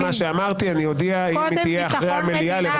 בהתאם למה שאמרתי אני אודיע אם יהיה אחרי המליאה המשך,